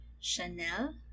Chanel